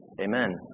Amen